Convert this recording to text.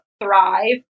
thrive